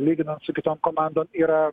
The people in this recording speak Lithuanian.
lyginant su kitom komandom yra